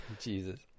Jesus